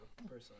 personally